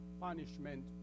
punishment